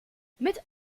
mit